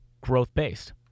growth-based